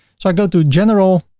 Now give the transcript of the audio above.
so i go to general